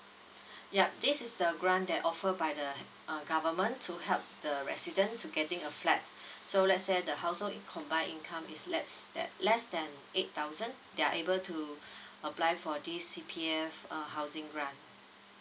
ya this is a grant that offer buy the uh government to help the resident to getting a flat so let's say the household combine income is less than less than eight thousand they're able to apply for this C_P_F uh housing grant